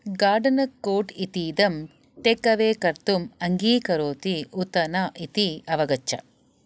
गार्डनक् court इतीदं take away कर्तुम् अङ्गीकरोति उत न इति अवगच्छ